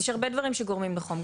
אז יש הרבה דברים שגורמים לחום.